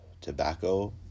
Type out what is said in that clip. tobacco